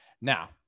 Now